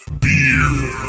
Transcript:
beer